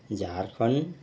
Jharkhand